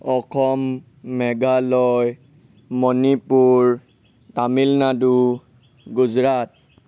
Assam Meghalaya Manipur Tamil Nadu Gujarat